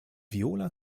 viola